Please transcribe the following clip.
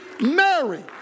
Mary